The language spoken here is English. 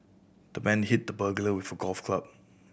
the man hit the burglar with a golf club